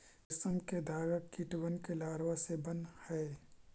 रेशम के धागा कीटबन के लारवा से बन हई